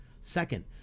Second